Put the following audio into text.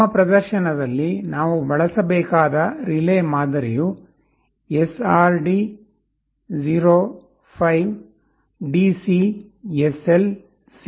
ನಮ್ಮ ಪ್ರದರ್ಶನದಲ್ಲಿ ನಾವು ಬಳಸಬೇಕಾದ ರಿಲೇ ಮಾದರಿಯು SRD 05DC SL C